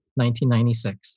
1996